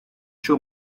show